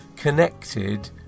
connected